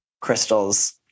crystal's